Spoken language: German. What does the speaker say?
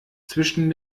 zwischen